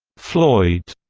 floyd,